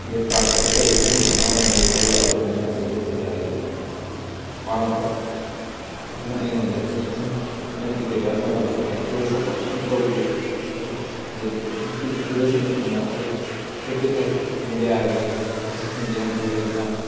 cricket ꯇꯥꯛꯄꯁꯦ ꯑꯩ ꯁꯨꯝ ꯑꯉꯥꯡ ꯑꯣꯏꯔꯤꯉꯩ ꯇꯧꯔꯛꯑꯕꯅꯤꯅ ꯀ꯭ꯔꯤꯛꯀꯦꯠꯁꯤꯗ ꯑꯩꯁꯦ ꯄꯥꯝꯃꯛꯄ ꯃꯥꯅ ꯑꯩꯉꯣꯟꯗ ꯑꯩꯅ ꯀ꯭ꯔꯤꯛꯀꯦꯠ ꯀꯥꯏꯅ ꯁꯥꯟꯅꯕꯁꯤ ꯃꯥꯅ ꯐꯨꯜ ꯁꯄꯣꯔꯠ ꯌꯥꯝ ꯇꯧꯕꯤ ꯑꯗꯨꯕꯨ ꯑꯗꯨꯗꯁꯨ ꯅꯠꯇꯅ ꯑꯩꯈꯣꯏ ꯀ꯭ꯔꯤꯛꯀꯦꯠ ꯍꯥꯏꯕꯁꯤꯗꯤ ꯏꯟꯗꯤꯌꯥꯒꯤ ꯑꯣꯏꯅꯗꯤ ꯅꯦꯁꯅꯦꯟ ꯒꯦꯝ ꯑꯣꯏꯕꯅꯤꯅ